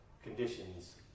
Conditions